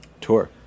tour